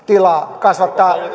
tilaa kasvattaa niitä